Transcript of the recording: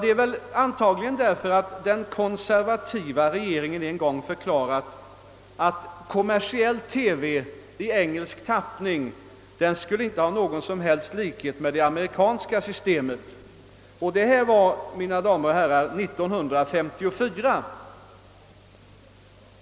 Det är väl antagligen därför att den konservativa regeringen en gång förklarade att kommersiell TV i engelsk tappning inte skulle ha någon som helst likhet med det amerikanska systemet. Detta uttalande gjordes 1954.